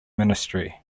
ministry